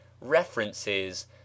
references